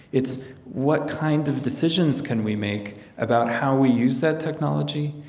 it's what kind of decisions can we make about how we use that technology,